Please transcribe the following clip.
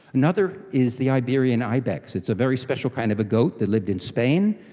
another is the iberian ibex, it's a very special kind of a goat that lived in spain.